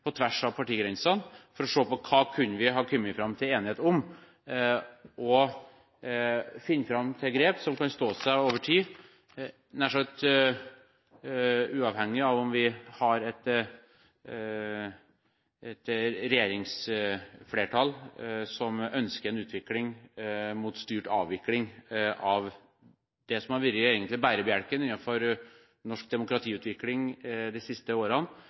hva vi kan komme fram til enighet om, og finne fram til grep som kan stå seg over tid, nær sagt uavhengig av om vi har et regjeringsflertall som ønsker en utvikling mot styrt avvikling av det som egentlig har vært bærebjelken innenfor norsk demokratiutvikling de siste årene,